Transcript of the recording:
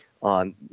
on